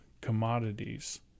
commodities